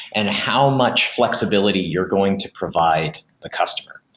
and how much flexibility you're going to provide the customer.